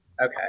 Okay